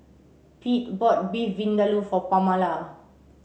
Pete bought Beef Vindaloo for Pamala